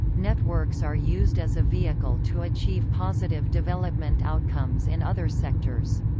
networks are used as a vehicle to achieve positive development outcomes in other sectors.